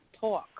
talk